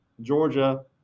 Georgia